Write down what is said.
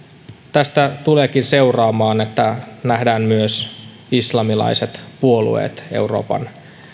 tästä tuleekin seuraamaan että nähdään myös islamilaiset puolueet euroopan